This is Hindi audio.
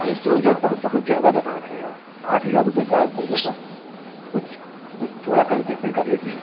अरे दो हज़ार बहु बहुत ज़्यादा बता रहे हैं आप आठ हज़ार रुपये चार लोगों का कुछ कुछ थोड़ा कन्सेसन कर लीजिए